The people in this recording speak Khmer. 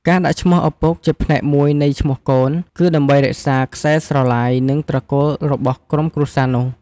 ការដាក់ឈ្មោះឪពុកជាផ្នែកមួយនៃឈ្មោះកូន គឺដើម្បីរក្សាខ្សែស្រឡាយ និងត្រកូលរបស់ក្រុមគ្រួសារនោះ។